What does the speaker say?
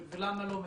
ולמה לא מתקדמים.